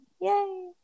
yay